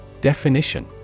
Definition